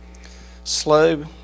slow